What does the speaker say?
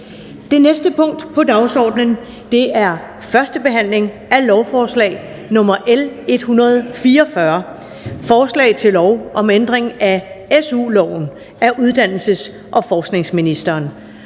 Det næste punkt på dagsordenen er: 3) 1. behandling af lovforslag nr. L 144: Forslag til lov om ændring af SU-loven. (Udvidede muligheder